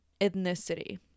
ethnicity